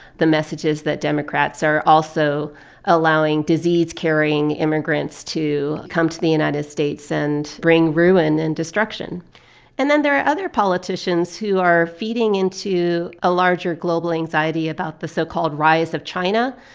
the message is that democrats are also allowing disease-carrying immigrants to come to the united states and bring ruin and destruction and then there are other politicians who are feeding into a larger global anxiety about the so-called rise of china,